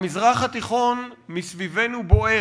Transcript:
המזרח התיכון מסביבנו בוער,